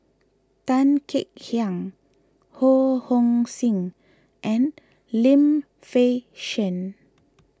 Tan Kek Hiang Ho Hong Sing and Lim Fei Shen